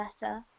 better